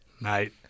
Mate